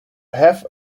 have